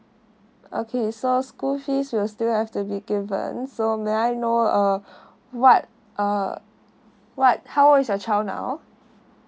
okay so school fees will still have to be given so may I know uh what uh what how old is your child now